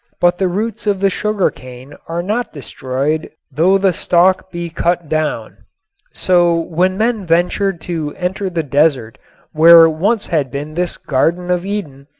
but the roots of the sugar cane are not destroyed though the stalk be cut down so when men ventured to enter the desert where once had been this garden of eden,